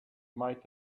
might